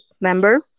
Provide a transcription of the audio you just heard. member